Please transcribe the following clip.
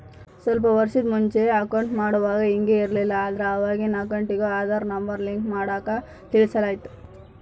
ಸ್ವಲ್ಪ ವರ್ಷುದ್ ಮುಂಚೆ ಅಕೌಂಟ್ ಮಾಡುವಾಗ ಹಿಂಗ್ ಇರ್ಲಿಲ್ಲ, ಆದ್ರ ಅವಾಗಿನ್ ಅಕೌಂಟಿಗೂ ಆದಾರ್ ನಂಬರ್ ಲಿಂಕ್ ಮಾಡಾಕ ತಿಳಿಸಲಾಯ್ತು